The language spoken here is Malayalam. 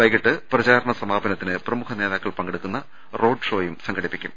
വൈകീട്ട് പ്രചാ രണ സമാപനത്തിന് പ്രമുഖ നേതാക്കൾ പങ്കെടുക്കുന്ന റോഡ്ഷോയും സംഘടിപ്പിക്കും